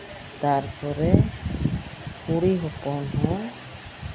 ᱛᱟᱨᱯᱚᱨᱮ ᱠᱩᱲᱤ ᱦᱚᱯᱚᱱ ᱦᱚᱸ